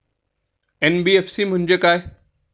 NBFC म्हणजे काय?